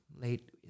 late